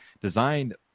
designed